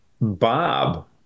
bob